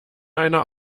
einer